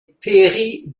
périt